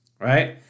right